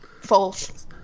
False